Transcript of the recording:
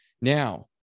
Now